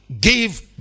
give